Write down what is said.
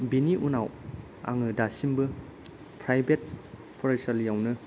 बेनि उनाव आङो दासिमबो प्राइभेत फरायसालियावनो